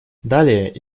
далее